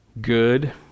good